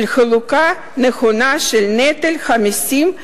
של חלוקה נכונה של נטל המסים,